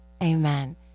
amen